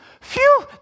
phew